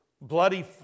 bloody